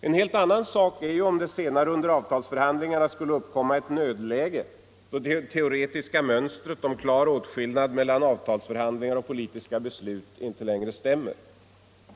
En helt annan sak är om det senare under avtalsförhandlingarna skulle uppkomma ett nödläge, där det teoretiska mönstret om klar åtskillnad mellan avtalsförhandlingar och politiska beslut inte längre stämmer.